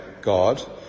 God